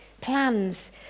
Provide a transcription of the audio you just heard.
Plans